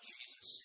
Jesus